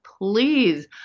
please